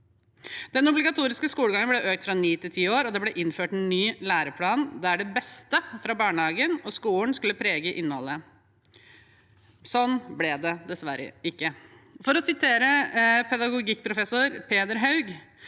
Den obligatoriske skolegangen ble økt fra ni til ti år, og det ble innført en ny læreplan, der det beste fra barnehagen og skolen skulle prege innholdet. Sånn ble det dessverre ikke. For å sitere pedagogikkprofessor Peder Haug: